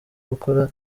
gukora